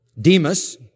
Demas